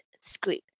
script